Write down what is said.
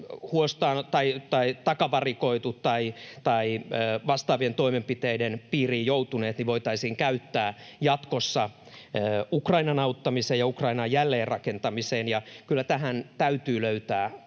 takavarikoitu tai jotka ovat vastaavien toimenpiteiden piiriin joutuneet, käyttää jatkossa Ukrainan auttamiseen ja Ukrainan jälleenrakentamiseen. Kyllä tähän täytyy löytää ratkaisu.